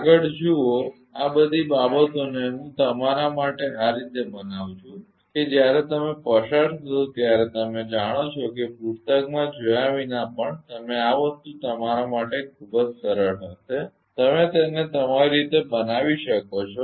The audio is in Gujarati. આગળ જુઓ આ બધી બાબતોને હું તમારા માટે આ રીતે બનાવું છું કે જ્યારે તમે પસાર થશો ત્યારે તમે જાણો છો કે પુસ્તકમાં જોયા વિના પણ તમે આ વસ્તુ તમારા માટે ખૂબ જ સરળ હશે તમે તેને તમારી રીતે બનાવી શકો છો